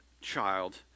child